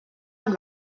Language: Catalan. amb